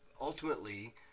ultimately